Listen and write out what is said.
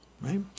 right